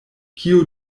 kio